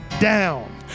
down